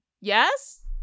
Yes